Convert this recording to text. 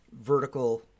vertical